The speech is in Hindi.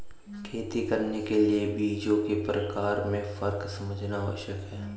खेती करने के लिए बीजों के प्रकार में फर्क समझना आवश्यक है